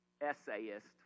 essayist